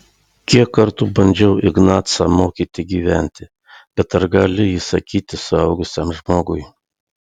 kiek kartų bandžiau ignacą mokyti gyventi bet ar gali įsakyti suaugusiam žmogui